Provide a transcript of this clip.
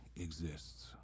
exists